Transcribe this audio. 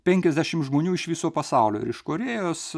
penkiasdešim žmonių iš viso pasaulio ir iš korėjos